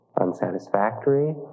unsatisfactory